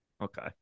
Okay